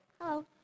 Hello